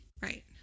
Right